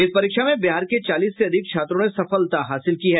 इस परीक्षा में बिहार के चालीस से अधिक छात्रों ने सफलता हासिल की है